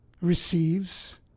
receives